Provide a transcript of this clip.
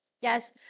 Yes